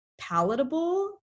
palatable